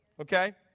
Okay